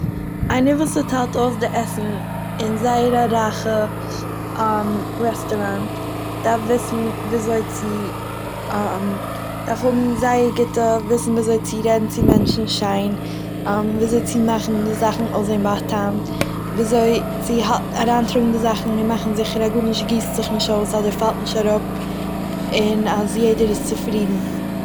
איינער וואס ס'טיילט אויס די עסן אין זייער א רייכע רעסטוראנט דארף וויסן ווי אזוי צו דארף האבן זייער גוטע- וויסן ווי אזוי צו רעדן צו מענטשן שיין, ווי אזוי צו מאכן די זאכן אויסזעהן בעטעמט, ווי אזוי צו האלט- אריינטראגן די זאכן און מאכן זיכער אז גארנישט גיסט זיך נישט אויס אדער פאלט נישט אראפ, און אז יעדער איז צופרידן.